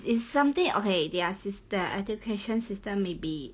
is something okay their syste~ education system maybe